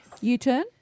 U-Turn